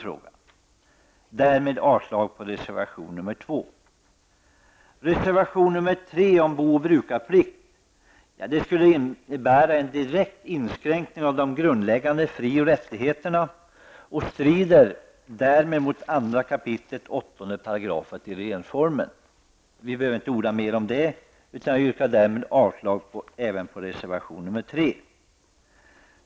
Jag yrkar därmed avslag på reservation nr 2. Förslagen i reservation nr 3 om bo och brukarplikt skulle innebära en inskränkning av de grundläggande fri och rättigheterna och strider därmed med 2 kap. 8 § i regeringsformen. Vi behöver inte orda mer om detta. Jag yrkar därmed avslag även på reservation nr 3.